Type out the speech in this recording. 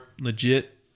legit